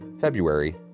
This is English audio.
February